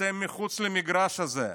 אתם מחוץ למגרש הזה.